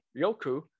Yoku